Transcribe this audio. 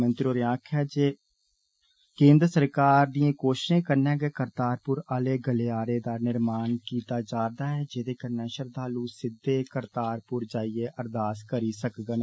मोदी होरें आक्खेआ जे केन्द्र सरकार दिएं कोप्तें कन्नै गै करतारपुर आले गलेयारे दा निर्माण कीता जारदा ऐ जेदे कन्नै श्रद्वालु सिद्दे करतारपुर जाइये अरदास करी सकगंन